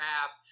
app